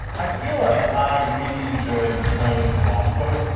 i feel like i really enjoyed playing with the watch pose.